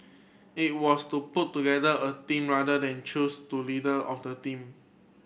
it was to put together a team rather than choose the leader of the team